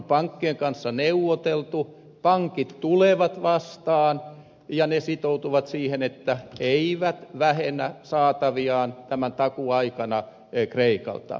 pankkien kanssa on neuvoteltu pankit tulevat vastaan ja ne sitoutuvat siihen että eivät vähennä saataviaan tämän takuuaikana kreikalta